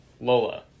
Lola